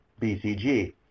BCG